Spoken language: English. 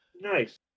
nice